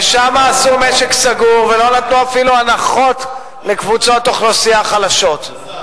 ושם עשו משק סגור ולא נתנו אפילו הנחות לקבוצות אוכלוסייה חלשות.